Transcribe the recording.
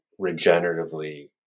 regeneratively